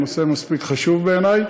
הנושא מספיק חשוב בעיני,